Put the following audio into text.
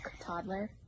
toddler